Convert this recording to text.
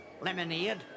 lemonade